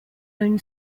own